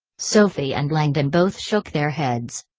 sophie and langdon both shook their heads.